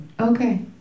Okay